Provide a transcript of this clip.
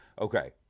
okay